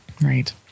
Right